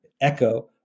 Echo